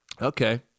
Okay